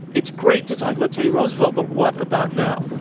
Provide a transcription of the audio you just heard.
it's great to talk about teddy roosevelt. but what about now?